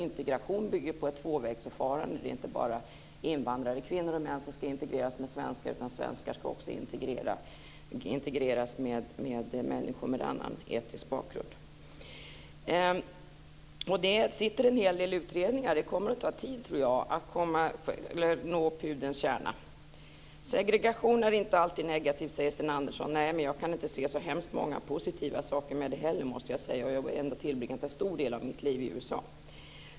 Integration bygger på ett tvåvägsförfarande. Det är inte bara invandrare - kvinnor och män - som ska integreras med svenskar utan svenskar ska också integreras med människor med annan etnisk bakgrund. Det sitter en hel del utredningar. Det kommer att ta tid, tror jag, att nå pudelns kärna. Segregation är inte alltid negativt, säger Sten Andersson. Nej, men jag kan inte se så hemskt många positiva saker med det heller måste jag säga, och jag har ändå tillbringat en stor del av mitt liv i USA.